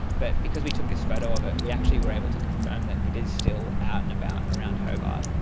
but because we took this photo of it we actually were able to confirm that it is still out and about around hobart.